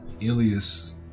Ilias